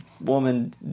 woman